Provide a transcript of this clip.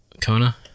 Kona